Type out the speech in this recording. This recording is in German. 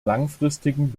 langfristigen